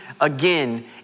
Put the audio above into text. again